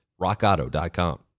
rockauto.com